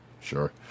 sure